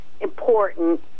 important